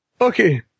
Okay